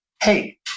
Hey